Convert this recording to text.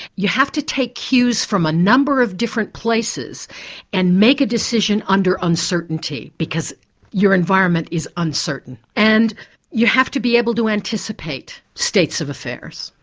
you have to take cues from a number of different places and make a decision under uncertainty because your environment is uncertain and you have to be able to anticipate states of affairs.